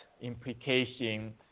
implication